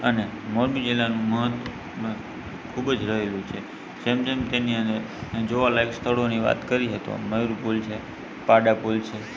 અને મોરબી જિલ્લાનું મન મ ખૂબ જ રહેલું છે જેમ જેમ તેની અંદર જોવાલાયક સ્થળોની વાત કરીએ તો મયૂરપૂલ છે પાડાપૂલ છે